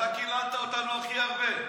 אתה קיללת אותנו הכי הרבה,